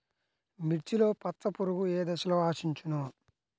మిర్చిలో పచ్చ పురుగు ఏ దశలో ఆశించును?